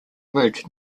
word